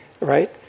Right